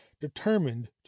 determined